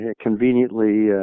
conveniently